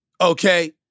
okay